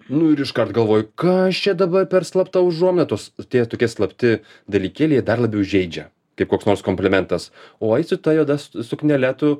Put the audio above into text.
nu ir iškart galvoju kas aš čia dabar per slapta užuomina tos tie tokie slapti dalykėliai dar labiau žeidžia kaip koks nors komplimentas oi su ta juoda su suknele tu